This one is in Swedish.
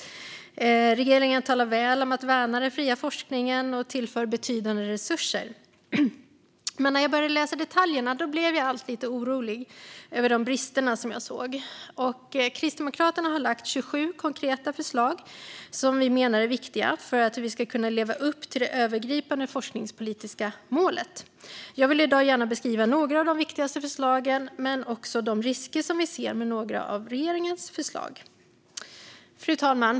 Regeringen talar väl om att värna den fria forskningen och tillför betydande resurser. Men när jag började läsa detaljerna blev jag lite orolig över de brister jag såg. Kristdemokraterna har lagt fram 27 konkreta förslag som vi menar är viktiga för att vi ska kunna leva upp till det övergripande forskningspolitiska målet. Jag vill i dag gärna beskriva några av de viktigaste förslagen men också de risker som vi ser med några av regeringens förslag. Fru talman!